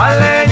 Ale